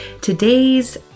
Today's